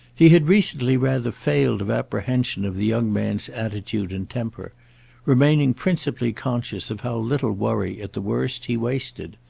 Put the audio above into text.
he had recently rather failed of apprehension of the young man's attitude and temper remaining principally conscious of how little worry, at the worst, he wasted,